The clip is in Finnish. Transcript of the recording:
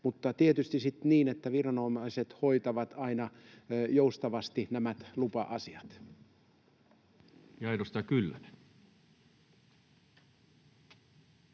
mutta tietysti sitten niin, että viranomaiset hoitavat aina joustavasti nämä lupa-asiat. Ja edustaja Kyllönen.